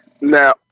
Now